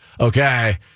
Okay